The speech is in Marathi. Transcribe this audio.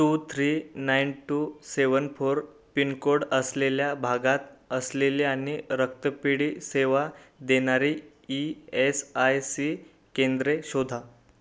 to three nine two seven four pin code असलेल्या भागात असलेली आणि रक्तपेढी सेवा देणारी ई एस आय सी केंद्रे शोधा